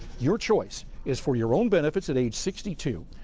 your choice is for your own benefits at age sixty two,